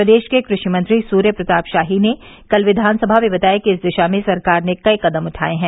प्रदेश के कृषि मंत्री सूर्य प्रताप शाही ने कल विधानसभा में बताया कि इस दिशा में सरकार ने कई कदम उठाये हैं